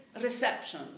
reception